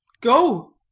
Go